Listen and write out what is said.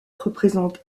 représente